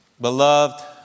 beloved